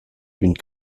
une